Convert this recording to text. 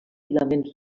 filaments